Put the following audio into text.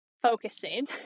focusing